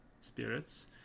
spirits